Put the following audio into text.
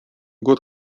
год